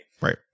Right